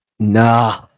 Nah